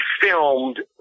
filmed